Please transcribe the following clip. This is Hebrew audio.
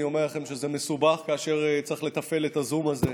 אני אומר לכם שזה מסובך כאשר צריך לתפעל את הזום הזה.